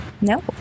No